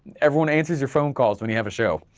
everyone answers your phone calls when you have a show,